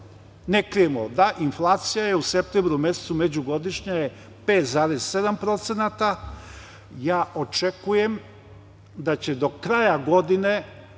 Ne krijemo, da, inflacija je u septembru mesecu, međugodišnja je 5,7%. Ja očekujem da će do kraja godine